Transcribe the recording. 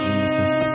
Jesus